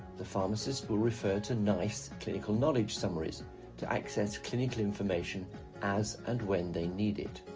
the pharmacist will refer to nice clinical knowledge summaries to access clinical information as and when they need it.